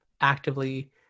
actively